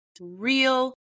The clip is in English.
real